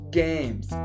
games